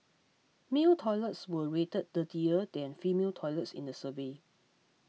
male toilets were rated dirtier than female toilets in the survey